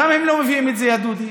למה הם לא מביאים את זה, יא דודי?